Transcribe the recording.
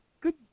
Good